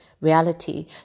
reality